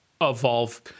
evolve